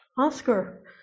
Oscar